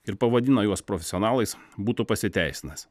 ir pavadina juos profesionalais būtų pasiteisinęs